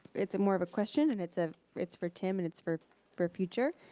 it's more of a question and it's ah it's for tim and it's for for future.